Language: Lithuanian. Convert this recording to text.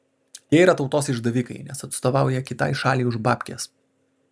tie yra tautos išdavikai nes atstovauja kitai šaliai už babkes